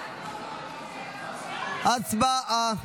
הצבעה.